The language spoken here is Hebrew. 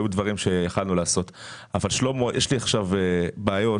יש לי עכשיו בעיות